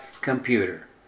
computer